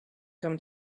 come